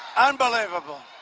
unbelievable.